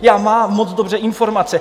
Já mám moc dobré informace.